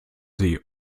sie